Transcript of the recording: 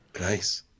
Nice